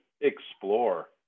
explore